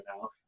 now